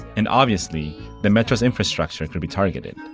and obviously the metro's infrastructure could be targeted.